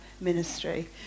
ministry